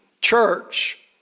church